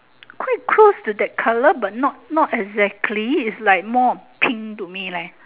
quite close to that colour but not not exactly it's like more pink to me leh